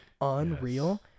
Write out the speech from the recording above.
unreal